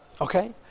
Okay